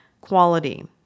quality